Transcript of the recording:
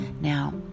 Now